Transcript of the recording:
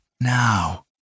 now